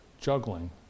juggling